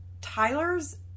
Tyler's